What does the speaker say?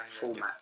format